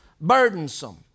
burdensome